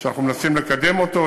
שאנחנו מנסים לקדם אותו.